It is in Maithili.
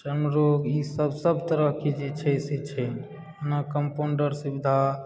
चर्म रोग ईसभ सभ तरहकेँ जे छै से छै न कम्पाउण्डर सुविधा